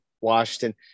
Washington